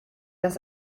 das